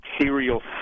serial